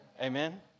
Amen